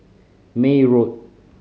May Road